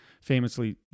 famously